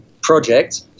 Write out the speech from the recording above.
project